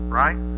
right